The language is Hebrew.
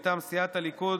מטעם סיעת הליכוד,